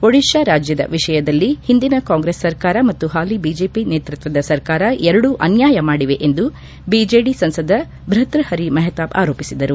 ಓಡಿತಾ ರಾಜ್ಜದ ವಿಷಯದಲ್ಲಿ ಹಿಂದಿನ ಕಾಂಗ್ರೆಸ್ ಸರ್ಕಾರ ಮತ್ತು ಹಾಲಿ ಬಿಜೆಪಿ ನೇತೃತ್ವದ ಸರ್ಕಾರ ಎರಡೂ ಅನ್ನಾಯ ಮಾಡಿವೆ ಎಂದು ಬಿಜೆಡಿ ಸಂಸದ ಭತ್ಯಹರಿ ಮಹತಾಬ್ ಆರೋಪಿಸಿದರು